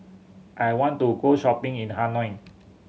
I want to go shopping in Hanoi